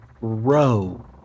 row